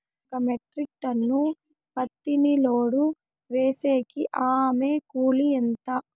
ఒక metric tonne పత్తిని load వేసేకి అయ్యే కూలి ఎంత?